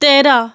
तेरा